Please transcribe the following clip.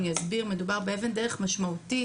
מדובר באבן דרך משמעותית,